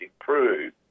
improve